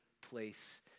place